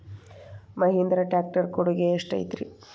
Mahindra tractor ಕೊಡುಗೆ ಎಷ್ಟು ಐತಿ?